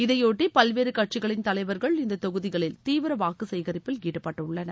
இதைபொட்டி பல்வேறு கட்சிகளின் தலைவர்கள் இந்த தொகுதிகளில் தீவிர வாக்கு சேகிப்பில் ஈடுபட்டுள்ளனர்